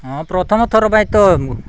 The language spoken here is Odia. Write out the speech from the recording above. ହଁ ପ୍ରଥମ ଥର ପାଇଁ ତ